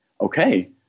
okay